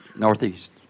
Northeast